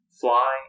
fly